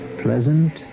pleasant